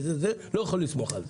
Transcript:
אני לא יכול לסמוך על זה.